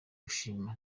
gushima